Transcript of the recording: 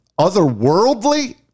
otherworldly